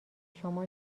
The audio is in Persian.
شما